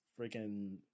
freaking